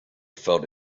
felt